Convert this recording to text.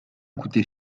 coûté